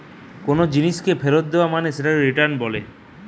কোনো জিনিসকে ফেরত দেয়া মানে সেটাকে রিটার্ন বলেটে